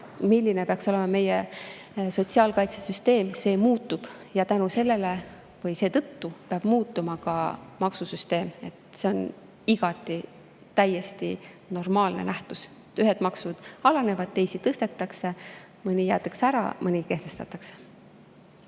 milline peaks olema meie sotsiaalkaitsesüsteem – see muutub. Ja tänu sellele – või seetõttu – peab muutuma ka maksusüsteem. See on igati, täiesti normaalne nähtus: ühed maksud alanevad, teisi tõstetakse, mõni jäetakse ära, mõni kehtestatakse.